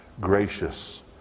Gracious